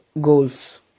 goals